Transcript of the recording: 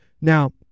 Now